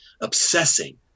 obsessing